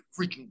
freaking